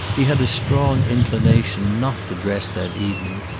he had a strong inclination not to dress that evening,